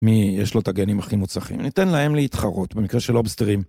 מי יש לו את הגנים הכי מוצלחים, ניתן להם להתחרות במקרה של לובסטרים.